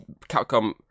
Capcom